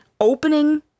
opening